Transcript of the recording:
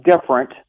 different